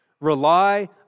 rely